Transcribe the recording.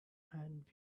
and